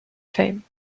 fame